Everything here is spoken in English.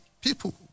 people